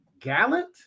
gallant